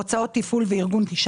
הוצאות תפעול וארגון 19%,